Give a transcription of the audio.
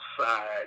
Outside